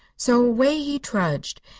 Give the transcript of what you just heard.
so away he trudged,